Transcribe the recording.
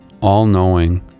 all-knowing